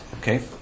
okay